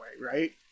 right